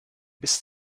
bis